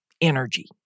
energy